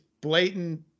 blatant